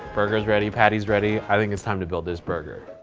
burgers ready, patties ready. i think it's time to build this burger.